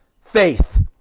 faith